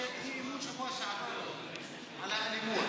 זה אי-אמון בשבוע שעבר עוד, על האלימות.